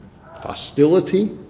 hostility